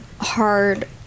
hard